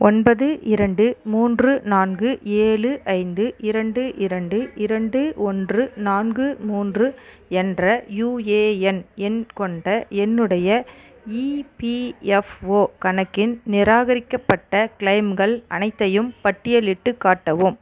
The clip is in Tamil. ஒன்பது இரண்டு மூன்று நான்கு ஏழு ஐந்து இரண்டு இரண்டு இரண்டு ஓன்று நான்கு மூன்று என்ற யுஏஎன் எண் கொண்ட என்னுடைய இபிஎஃப்ஓ கணக்கின் நிராகரிக்கப்பட்ட கிளெய்ம்கள் அனைத்தையும் பட்டியலிட்டுக் காட்டவும்